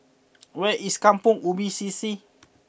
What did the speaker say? where is Kampong Ubi C C